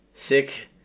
Sick